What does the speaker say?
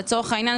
לצורך העניין,